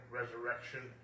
resurrection